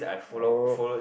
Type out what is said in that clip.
oh